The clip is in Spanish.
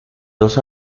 dos